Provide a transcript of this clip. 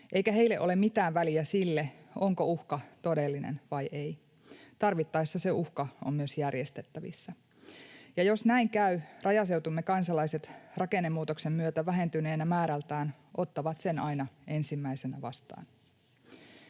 eikä heille ole mitään väliä sillä, onko uhka todellinen vai ei. Tarvittaessa se uhka on myös järjestettävissä, ja jos näin käy, rajaseutumme kansalaiset rakennemuutoksen myötä määrältään vähentyneinä ottavat sen aina ensimmäisinä vastaan.